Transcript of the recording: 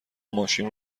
ماشین